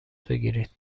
بگیرید